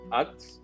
acts